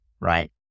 Right